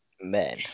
men